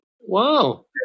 Wow